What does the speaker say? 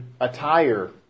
attire